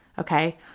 Okay